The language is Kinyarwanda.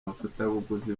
abafatabuguzi